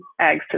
ag